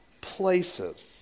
places